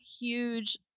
huge